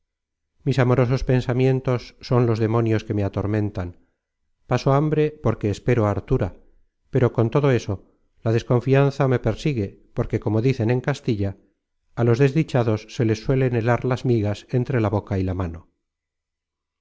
mis amorosos pensamientos son los demonios que me atormentan paso hambre porque espero hartura pero con todo eso la desconfianza me persigue porque como dicen en castilla á los desdichados se les suelen helar las migas entre la boca y la mano